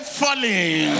falling